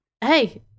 Hey